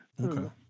Okay